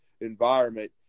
environment